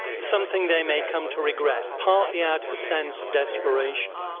something they may come to regret, partly out of a sense of desperation.